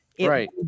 right